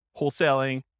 wholesaling